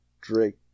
Drake